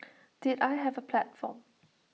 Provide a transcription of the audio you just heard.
did I have A platform